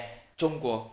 中国